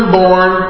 born